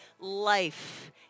life